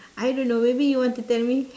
I don't know maybe you want to tell me